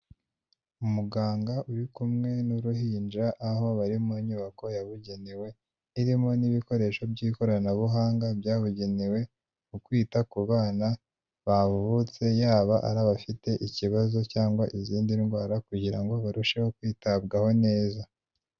Umuganga uri kumwe n'uruhinja aho bari mu nyubako yabugenewe, irimo n'ibikoresho by'ikoranabuhanga byabugenewe, mu kwita ku bana bavutse, yaba ari abafite ikibazo cyangwa izindi ndwara kugira ngo barusheho kwitabwaho neza.